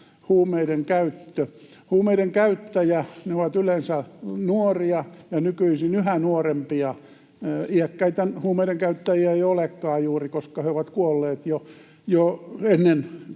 Huumeiden käyttäjät ovat yleensä nuoria ja nykyisin yhä nuorempia. Iäkkäitä huumeiden käyttäjiä ei juuri olekaan, koska he ovat kuolleet jo ennen